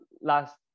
last